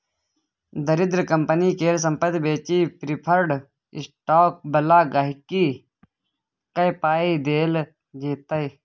दरिद्र कंपनी केर संपत्ति बेचि प्रिफर्ड स्टॉक बला गांहिकी केँ पाइ देल जेतै